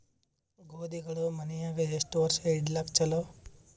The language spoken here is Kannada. ಗೋಧಿಗಳು ಮನ್ಯಾಗ ಎಷ್ಟು ವರ್ಷ ಇಡಲಾಕ ಚಲೋ?